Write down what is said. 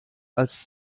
als